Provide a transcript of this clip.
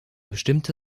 bestimmte